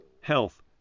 health